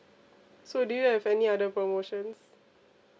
so do you have any other promotions